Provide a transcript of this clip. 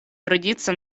трудиться